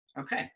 Okay